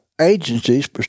agencies